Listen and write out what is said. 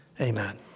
Amen